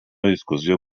discussió